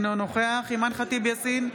אינו נוכח אימאן ח'טיב יאסין,